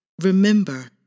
Remember